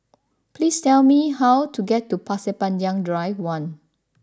please tell me how to get to Pasir Panjang Drive One